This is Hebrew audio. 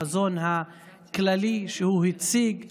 החזון הכללי שהוא הציג והעלה.